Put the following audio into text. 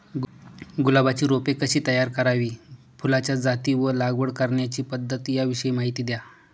गुलाबाची रोपे कशी तयार करावी? फुलाच्या जाती व लागवड करण्याची पद्धत याविषयी माहिती द्या